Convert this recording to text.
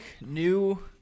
new